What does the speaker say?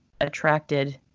attracted